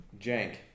Jank